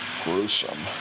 gruesome